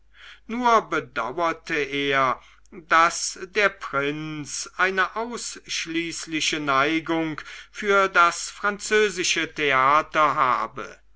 nur bedauerte er daß der prinz eine ausschließliche neigung für das französische theater habe